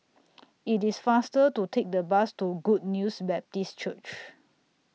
IT IS faster to Take The Bus to Good News Baptist Church